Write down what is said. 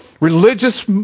religious